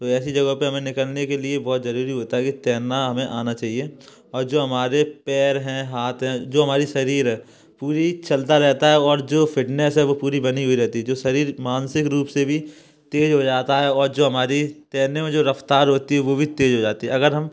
तो ऐसी जगहों पर हमें निकलने के लिए बहुत जरूरी होता है कि तैरना हमें आना चाहिए और जो हमारे पैर हैं हाथ हैं जो हमारी शरीर है पूरी चलता रहता है और जो फिटनेस है वो पूरी बनी हुई रहती जो शरीर मानसिक रूप से भी तेज हो जाता है और जो हमारी तैरने में जो रफ्तार होती है वो भी तेज हो जाती है अगर हम